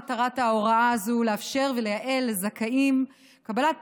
מטרת ההוראה הזאת לאפשר לזכאים ולייעל קבלת